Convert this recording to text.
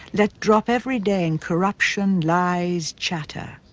let drop every day in corruption, lies, chatter.